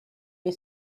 wir